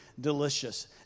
delicious